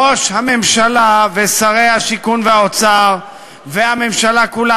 ראש הממשלה ושרי השיכון והאוצר והממשלה כולה